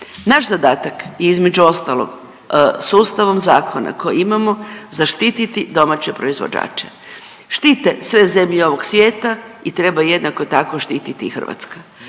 Naš zadatak je između ostaloga, sustavom zakona koji imamo zaštititi domaće proizvođače. Štite sve zemlje ovog svijeta i treba jednako tako štititi i Hrvatska.